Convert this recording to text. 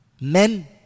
men